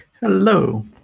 Hello